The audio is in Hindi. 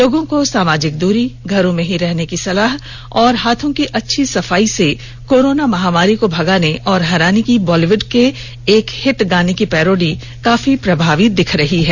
लोगों को सामाजिक दूरी घरों में रहने की सलाह और हाथों की अच्छी सफाई से कोरोना महामारी को भगाने और हराने की बॉलीवुड को एक हिट गाने की पैरोडी काफी प्रभावी दिख रही है